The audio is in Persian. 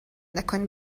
نکن